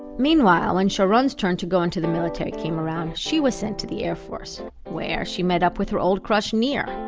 meanwhile, when sharon's turn to go into the military came around, she was sent to the air force where she re-met up with her old crush nir,